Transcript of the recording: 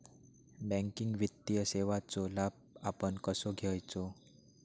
Banking वित्तीय सेवाचो लाभ आपण कसो घेयाचो?